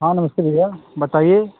हाँ नमस्ते भैया बताइए